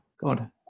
God